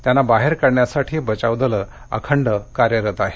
त्यांना बाहेर काढण्यासाठी बचाव दलं अखंड कार्यरत आहेत